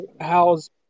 how's –